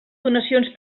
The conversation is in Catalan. donacions